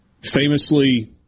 famously